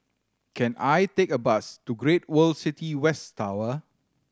can I take a bus to Great World City West Tower